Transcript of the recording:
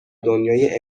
دنیای